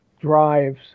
drives